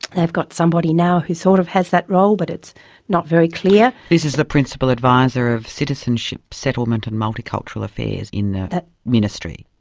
they've got somebody now who sort of has that role, but it's not very clear. this is the principal advisor of citizenship, settlement and multicultural affairs in the ministry?